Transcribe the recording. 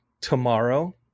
Tomorrow